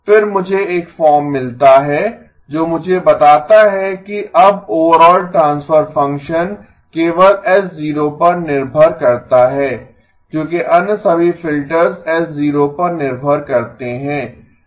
फिर मुझे एक फॉर्म मिलता है जो मुझे बताता है कि अब ओवरआल ट्रांसफर फंक्शन केवल H0 पर निर्भर करता है क्योंकि अन्य सभी फिल्टर्स H0 पर निर्भर करते हैं